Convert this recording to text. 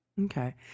Okay